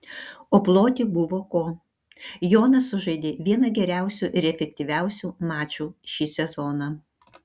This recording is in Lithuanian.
o ploti buvo ko jonas sužaidė vieną geriausių ir efektyviausių mačų šį sezoną